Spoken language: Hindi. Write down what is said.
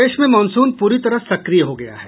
प्रदेश में मॉनसून पूरी तरह सक्रिय हो गया है